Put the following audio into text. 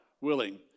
willing